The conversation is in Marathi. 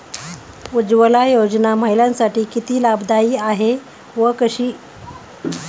उज्ज्वला योजना महिलांसाठी किती लाभदायी आहे व कशी?